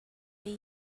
way